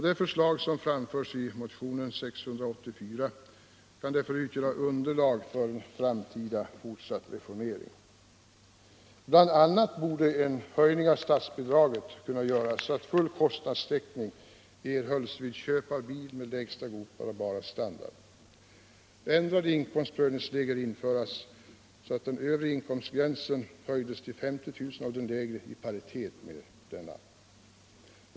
De förslag som framförs i motionen 684 kan utgöra underlag för en framtida fortsatt reformering. Bl. a. borde en höjning av statsbidraget göras så att full kostnadstäckning erhölls vid köp av bil med lägsta godtagbara standard. Vidare borde ändrade inkomstprövningsregler införas så att den övre inkomstgränsen höjdes till 50 000 kr. och den lägre sattes i paritet med denna.